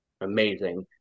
amazing